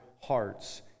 hearts